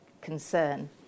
concern